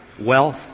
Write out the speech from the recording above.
wealth